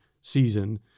season